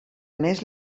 més